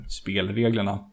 spelreglerna